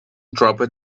dropped